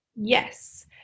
yes